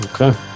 Okay